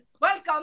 welcome